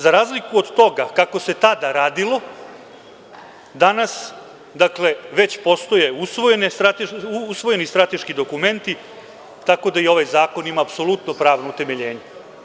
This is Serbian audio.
Za razliku od toga kako se tada radilo, danas već postoje usvojeni strateški dokumenti, tako da i ovaj zakon ima apsolutno pravno utemeljenje.